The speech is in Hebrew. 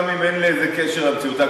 גם אם אין לזה קשר למציאות.